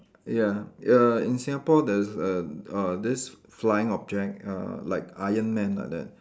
ya err in Singapore there's a uh this flying object uh like iron man like that